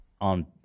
on